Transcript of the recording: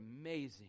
amazing